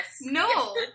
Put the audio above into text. No